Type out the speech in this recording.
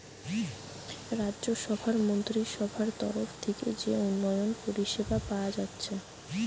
রাজ্যসভার মন্ত্রীসভার তরফ থিকে যে উন্নয়ন পরিষেবা পায়া যাচ্ছে